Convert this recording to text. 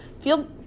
Feel